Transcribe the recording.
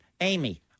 amy